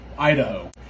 Idaho